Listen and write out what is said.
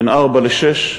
בין ארבע לשש,